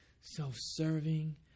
self-serving